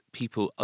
people